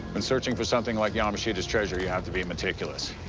when searching for something like yamashita's treasure, you have to be meticulous.